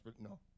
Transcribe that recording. no